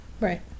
Right